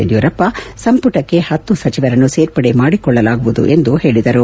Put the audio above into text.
ಯಡಿಯೂರಪ್ಪ ಸಂಪುಟಕ್ಕೆ ಹತ್ತು ಸಚಿವರನ್ನು ಸೇರ್ಪಡೆ ಮಾಡಿಕೊಳ್ಳಲಾಗುವುದು ಎಂದು ಹೇಳಿದರು